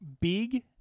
big